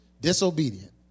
disobedient